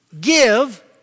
Give